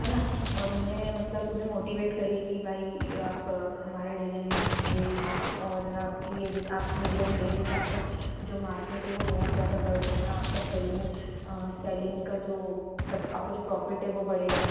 है न और उन्हें मतलब उन्हें मोटीवेट करिए कि भाई आप हमारे डिज़ाइन लिए और आपकी ये आपकी ये डिज़ाइन लेंगे तो आपका जो मार्केट है वो बहुत ज़्यादा बढ़ जाएगा आपका सेलिंग सेलिंग का जो मतलब आपका जो प्रॉफ़िट है वो बढ़ेगा